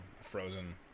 frozen